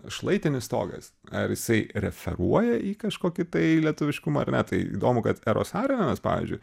šlaitinis stogas ar jisai referuoja į kažkokį tai lietuviškumą ar ne tai įdomu kad eros arenas pavyzdžiui